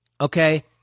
Okay